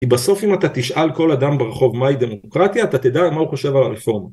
כי בסוף אם אתה תשאל כל אדם ברחוב מהי דמוקרטיה אתה תדע מה הוא חושב על הרפורמה